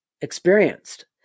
experienced